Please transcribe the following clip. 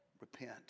Repent